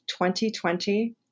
2020